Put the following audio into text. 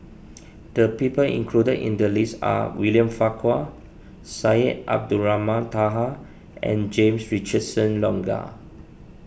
the people included in the list are William Farquhar Syed Abdulrahman Taha and James Richardson Logan